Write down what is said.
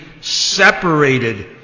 separated